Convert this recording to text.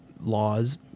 laws